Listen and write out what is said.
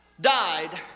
died